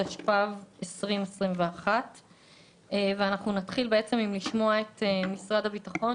התשפ"ב 2021. נתחיל בהסבר מצד משרד הביטחון.